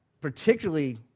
particularly